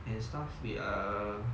and stuff we are